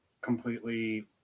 completely